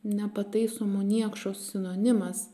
nepataisomu niekšo sinonimas